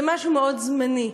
זה משהו מאוד זמני.